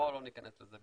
בואו לא ניכנס לזה,